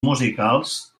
musicals